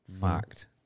fact